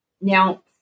Now